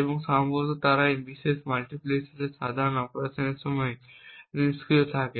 এবং সম্ভবত তারা এই বিশেষ মাল্টিপ্লেক্সারের সাধারণ অপারেশনের সময় নিষ্ক্রিয় থাকে